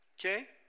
Okay